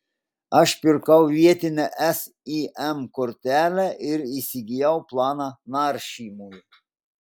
aš pirkau vietinę sim kortelę ir įsigijau planą naršymui